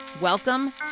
Welcome